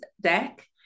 deck